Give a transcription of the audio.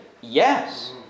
Yes